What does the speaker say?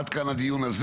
עד כאן הדיון הזה.